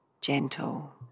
gentle